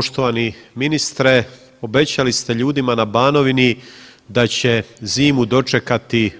Poštovani ministre obećali ste ljudima na Banovini da će zimu dočekati